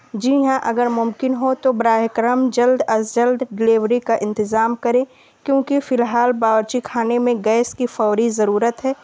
جی ہاں اگر ممکن ہو تو براہ کرم جلد از جلد ڈیلیوری کا انتظام کریں کیونکہ فی الحال باورچی خانے میں گیس کی فوری ضرورت ہے